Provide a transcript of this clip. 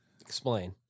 explain